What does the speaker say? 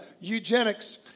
Eugenics